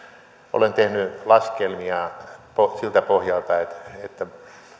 olen tehnyt laskelmia siltä pohjalta että että